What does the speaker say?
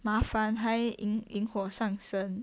麻烦还引引火上身